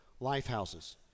LifeHouses